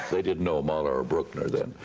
they didn't know mahler or bruckner then.